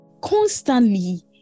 constantly